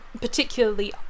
particularly